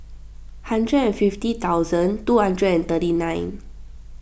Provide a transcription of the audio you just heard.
hundred and fifty thousand two hundred and thirty nine